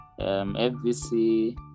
FVC